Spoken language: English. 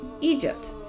egypt